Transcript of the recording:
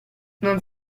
non